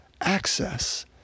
access